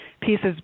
pieces